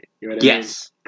Yes